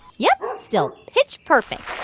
yep. still pitch perfect.